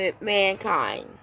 mankind